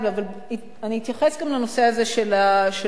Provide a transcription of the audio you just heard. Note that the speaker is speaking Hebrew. אבל אני אתייחס גם לנושא הזה של החשמל.